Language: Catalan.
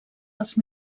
als